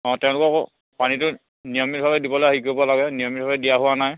অ' তেওঁলোককো পানীটো নিয়মিতভাৱে দিবলৈ হেৰি কৰিব লাগে নিয়মিতভাৱে দিয়া হোৱা নাই